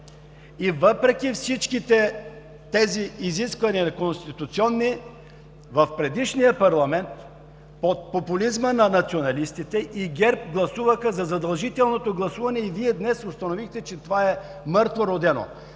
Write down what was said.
И въпреки всичките тези изисквания – и конституционни, в предишния парламент под популизма на националистите и ГЕРБ гласуваха за задължителното гласуване и Вие днес установихте, че това е мъртвородено.